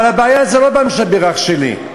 אבל הבעיה היא לא ב"מי שבירך" שלי,